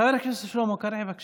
חבר הכנסת שלמה קרעי, בבקשה.